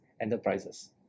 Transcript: enterprises